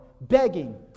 begging